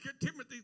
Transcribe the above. Timothy